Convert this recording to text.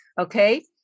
Okay